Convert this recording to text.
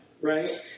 right